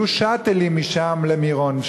יהיו "שאטלים" למירון,